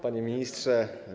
Panie Ministrze!